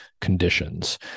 conditions